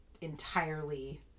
entirely